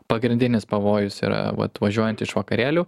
pagrindinis pavojus yra vat važiuojant iš vakarėlių